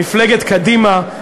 מפלגת קדימה,